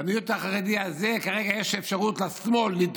ואת המיעוט החרדי הזה כרגע יש לשמאל אפשרות לדרוס,